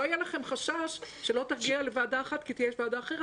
שלא יהיה לכם חשש שלא תגיע לוועדה אחת כי יש ועדה אחרת,